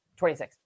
26